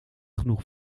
genoeg